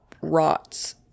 rots—